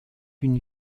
une